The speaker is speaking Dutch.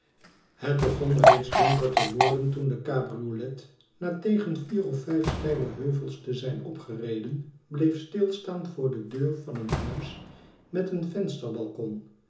het begon reeds donker te worden toen de cabriolet na tegen vier of vijf steile heuvels te zijn opgereden bleef stilstaan voor de deur van een huis met een